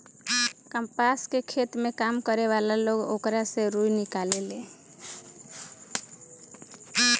कपास के खेत में काम करे वाला लोग ओकरा से रुई निकालेले